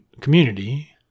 community